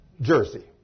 jersey